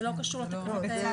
זה לא קשור לתקנות האלה.